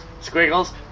Squiggles